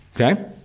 Okay